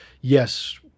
yes